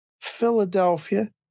Philadelphia